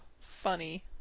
funny